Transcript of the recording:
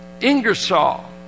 Ingersoll